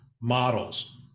models